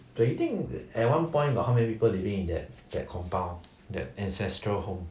do you think at one point got how many people living in that that compound that ancestral home